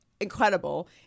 incredible